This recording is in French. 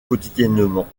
quotidiennement